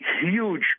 huge